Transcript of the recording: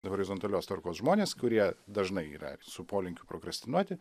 horizontalios tvarkos žmonės kurie dažnai yra su polinkiu prokrastinuoti